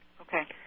Okay